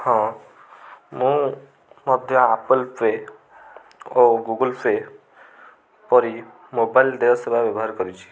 ହଁ ମୁଁ ମଧ୍ୟ ଆପଲ୍ ପେ ଓ ଗୁଗୁଲପେ ପରି ମୋବାଇଲ ଦେୟ ସେବା ବ୍ୟବହାର କରିଛି